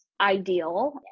ideal